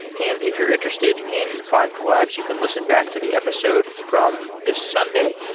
and if you're interested in find collabs, you can listen back to the episode from this sunday,